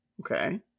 Okay